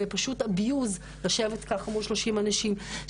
זה פשוט אביוז לשבת ככה מול 30 אנשים.